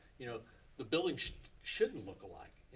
you know the buildings shouldn't look alike.